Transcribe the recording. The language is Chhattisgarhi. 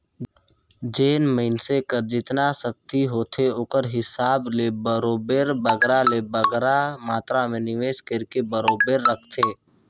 जेन मइनसे कर जेतना सक्ति होथे ओकर हिसाब ले बरोबेर बगरा ले बगरा मातरा में निवेस कइरके बरोबेर राखथे